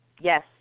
Yes